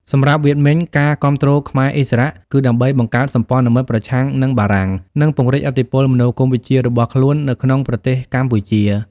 សម្រាប់វៀតមិញ ការគាំទ្រខ្មែរឥស្សរៈគឺដើម្បីបង្កើតសម្ព័ន្ធមិត្តប្រឆាំងនឹងបារាំង និងពង្រីកឥទ្ធិពលមនោគមវិជ្ជារបស់ខ្លួននៅក្នុងប្រទេសកម្ពុជា។